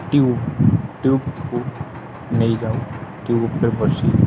tube ଟ୍ୟୁବ୍କୁ ନେଇଯାଉ tube ଉପରେେ ବସି